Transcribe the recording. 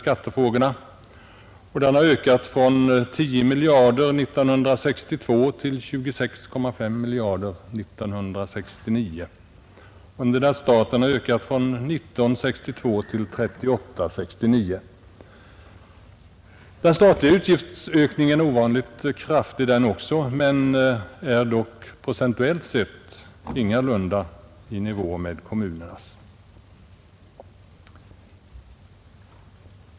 De kommunala utgifterna ökade från 10 miljarder kronor 1962 till 26,5 miljarder kronor 1969 under det att statens utgifter ökade från 19 miljarder kronor 1962 till 38 miljarder kronor 1969. Också den statliga utgiftsökningen är ovanligt kraftig, men den är ändock procentuellt sett ingalunda i nivå med kommunernas.